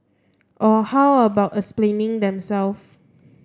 or how about explaining them self